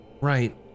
Right